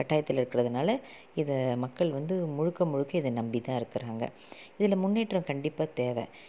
கட்டாயத்தில் இருக்கிறதுனால இதை மக்கள் வந்து முழுக்க முழுக்க இதை நம்பி தான் இருக்கறாங்க இதில் முன்னேற்றம் கண்டிப்பாக தேவை